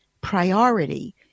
priority